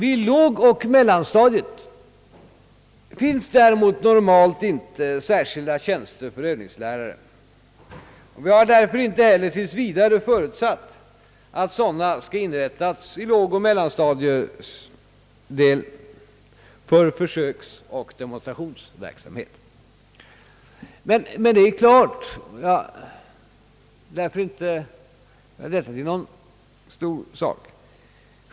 I lågoch mellanstadiet finns däremot normalt inte särskilda tjänster för övningslärare. Vi har därför tills vidare inte heller förutsatt att sådana skall inrättas på lågoch mellanstadiets del för försöksoch demonstrationsverksamhet. Men jag vill fördenskull inte göra detta till någon stor fråga.